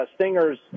Stinger's